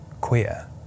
queer